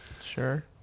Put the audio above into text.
Sure